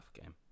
game